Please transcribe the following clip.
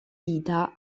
vita